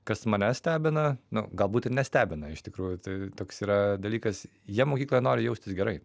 kas mane stebina nu galbūt ir nestebina iš tikrųjų tai toks yra dalykas jie mokykloje nori jaustis gerai